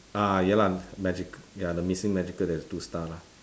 ah ya lah magic~ ya the missing magical there is two star lah